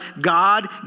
God